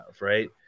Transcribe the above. right